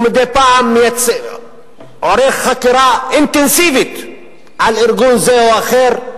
ומדי פעם עורך חקירה אינטנסיבית על ארגון זה או אחר.